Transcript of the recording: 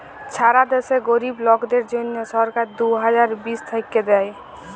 ছারা দ্যাশে গরীব লোকদের জ্যনহে সরকার দু হাজার বিশ থ্যাইকে দেই